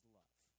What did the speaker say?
love